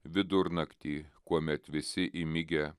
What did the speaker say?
vidurnaktį kuomet visi įmigę